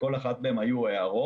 לכל אחת מהם היו הערות.